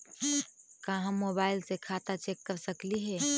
का हम मोबाईल से खाता चेक कर सकली हे?